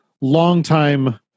longtime